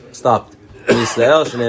stopped